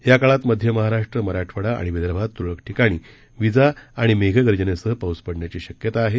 याकाळात मध्य महाराष्ट्र मराठवाडा आणि विदर्भात तुरळक ठिकाणी विजा आणि मेघगर्जनेसह पाऊस पडण्याची शक्यता आहे